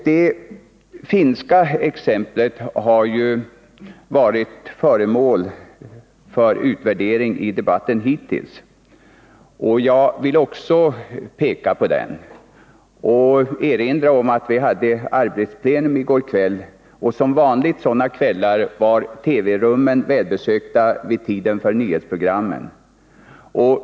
Det finska exemplet har varit föremål för utvärdering i den hittills förda debatten. Jag vill erinra om att vi i går kväll hade arbetsplenum, och som vanligt sådana kvällar var TV-rummen välbesökta vid tiden för nyhetspro " grammen.